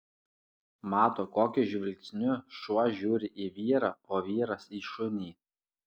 mato kokiu žvilgsniu šuo žiūri į vyrą o vyras į šunį